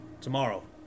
tomorrow